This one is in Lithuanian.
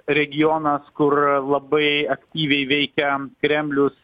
regionas kur labai aktyviai veikia kremlius